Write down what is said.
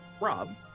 rob